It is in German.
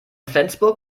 flensburg